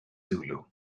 zulu